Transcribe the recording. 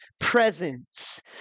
presence